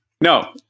No